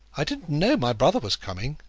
i didn't know my brother was coming,